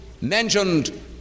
mentioned